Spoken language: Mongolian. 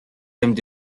амьд